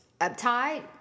uptight